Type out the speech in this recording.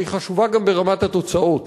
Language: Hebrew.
אבל היא חשובה גם ברמת התוצאות,